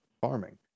farming